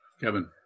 Kevin